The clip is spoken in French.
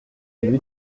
lui